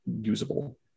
usable